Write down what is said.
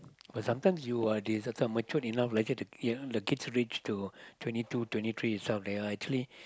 but sometimes you are this let's say matured enough let's say ya the kids reach to twenty two twenty three some of them actually